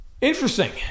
Interesting